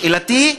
שאלתי: